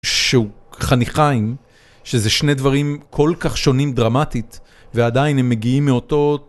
שהוא חניכיים, שזה שני דברים כל כך שונים דרמטית ועדיין הם מגיעים מאותו...